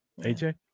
AJ